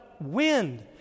wind